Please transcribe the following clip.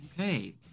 okay